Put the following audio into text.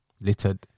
Littered